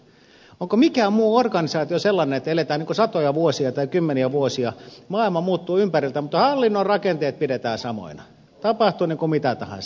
onko mikään muu organisaatio sellainen että eletään satoja vuosia tai kymmeniä vuosia ja maailma muuttuu ympäriltä mutta hallinnon rakenteet pidetään samoina tapahtui mitä tahansa